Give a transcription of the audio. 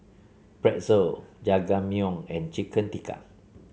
Pretzel Jajangmyeon and Chicken Tikka